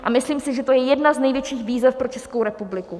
A myslím si, že to jedna z největších výzev pro Českou republiku.